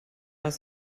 als